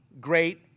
great